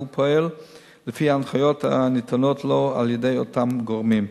והוא פועל לפי ההנחיות הניתנות לו על-ידי אותם גורמים.